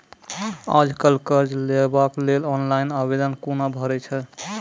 आज कल कर्ज लेवाक लेल ऑनलाइन आवेदन कूना भरै छै?